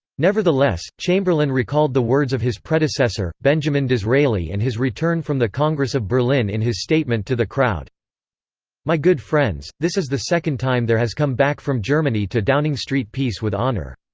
nevertheless, chamberlain recalled the words of his predecessor, benjamin disraeli and his return from the congress of berlin in his statement to the crowd my good friends, this is the second time there has come back from germany to downing street peace with honour.